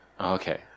Okay